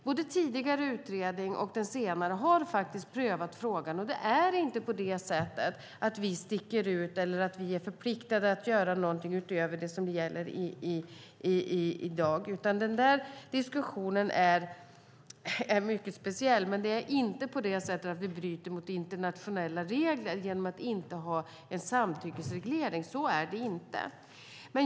Både en tidigare utredning och den senare har prövat frågan. Vi sticker inte ut eller är förpliktade att göra något utöver det som gäller i dag. Den där diskussionen är mycket speciell. Vi bryter inte mot internationella regler genom att inte ha en samtyckesreglering; så är det inte.